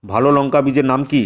ভালো লঙ্কা বীজের নাম কি?